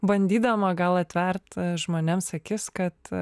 bandydama gal atvert žmonėms akis kad